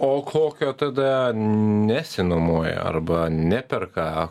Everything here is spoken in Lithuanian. o kokio tada nesinuomoja arba neperka